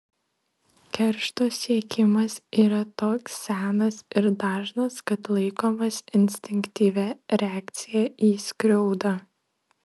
keršto siekimas yra toks senas ir dažnas kad laikomas instinktyvia reakcija į skriaudą